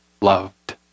loved